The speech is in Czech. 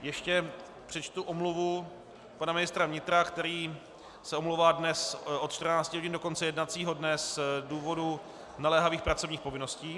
Ještě přečtu omluvu pana ministra vnitra, který se omlouvá dnes od 14. hodin do konce jednacího dne z důvodu naléhavých pracovních povinností.